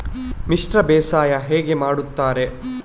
ಮಿಶ್ರ ಬೇಸಾಯ ಹೇಗೆ ಮಾಡುತ್ತಾರೆ?